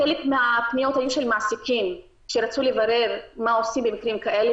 חלק מהפניות היו של מעסיקים שרצו לברר מה עושים במקרים כאלה,